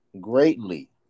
greatly